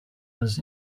was